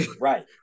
Right